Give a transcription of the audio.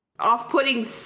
Off-putting